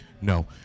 No